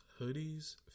hoodies